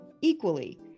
equally